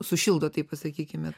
sušildo taip pasakykime